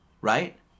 right